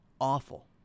awful